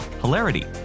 hilarity